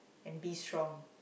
and be strong